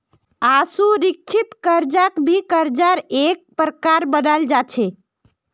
असुरिक्षित कर्जाक भी कर्जार का एक प्रकार मनाल जा छे